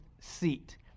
seat